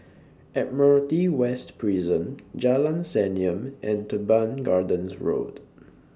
Admiralty West Prison Jalan Senyum and Teban Gardens Road